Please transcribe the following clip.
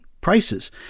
prices